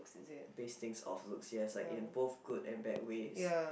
based things off looks yes like in both good and bad ways